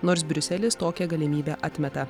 nors briuselis tokią galimybę atmeta